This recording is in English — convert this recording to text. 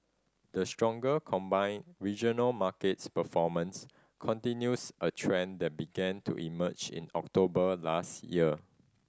the stronger combined regional markets performance continues a trend began to emerge in October last year